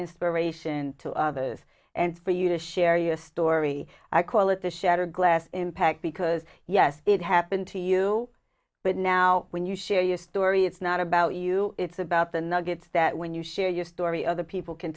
inspiration to others and for you to share your story i call it the shattered glass impact because yes it happened to you but now when you share your story it's not about you it's about the nuggets that when you share your story other people can